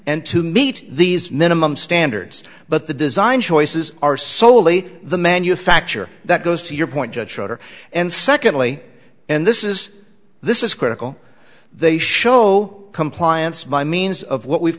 and to meet these minimum standards but the design choices are solely the manufacture that goes to your point judge shorter and secondly and this is this is critical they show compliance by means of what we've